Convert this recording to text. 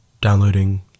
downloading